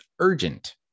Urgent